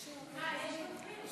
מה, יש דוברים.